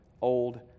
old